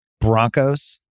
Broncos